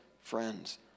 friends